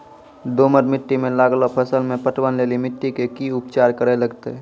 दोमट मिट्टी मे लागलो फसल मे पटवन लेली मिट्टी के की उपचार करे लगते?